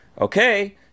okay